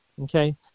okay